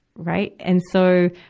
right. and so,